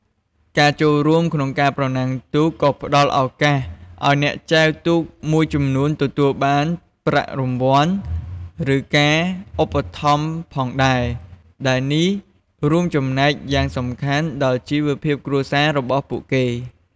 ការចូលរួមក្នុងការប្រណាំងទូកក៏ផ្ដល់ឱកាសឱ្យអ្នកចែវទូកមួយចំនួនទទួលបានប្រាក់រង្វាន់ ឬការឧបត្ថម្ភផងដែរ ដែលនេះរួមចំណែកយ៉ាងសំខាន់ដល់ជីវភាពគ្រួសាររបស់ពួកគេ។